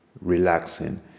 relaxing